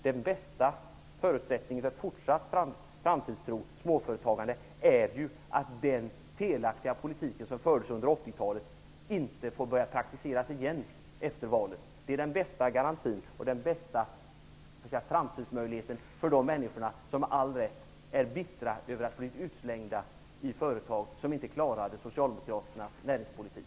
Den bästa förutsättningen för fortsatt framtidstro och småföretagande är att den felaktiga politik som fördes under 80-talet inte börjar praktiseras igen efter valet. Det är den bästa garantin. Det är den bästa framtidsmöjligheten för de människor som med all rätt är bittra över att ha blivit utslagna från företag som inte klarade Socialdemokraternas näringspolitik.